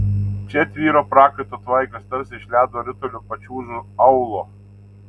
čia tvyro prakaito tvaikas tarsi iš ledo ritulio pačiūžų aulo